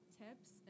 tips